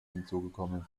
hinzugekommenen